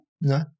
No